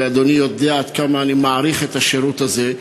ואדוני יודע עד כמה אני מעריך את השירות הזה.